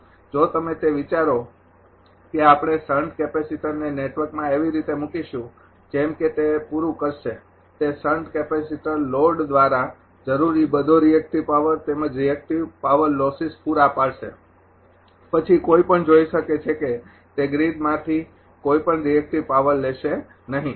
જો તમે તે વિચારો કે આપણે શંટ કેપેસિટરને નેટવર્કમાં એવી રીતે મૂકીશું જેમ કે તે પૂરું કરશે તે શંટ કેપેસિટર લોડ દ્વારા જરૂરી બધો રિએક્ટિવ પાવર તેમજ રિએક્ટિવ પાવર લોસિસ પૂરા પાડશે પછી કોઈ પણ જોઈ શકે છે કે તે ગ્રીડમાંથી કોઈપણ રિએક્ટિવ પાવર લેશે નહીં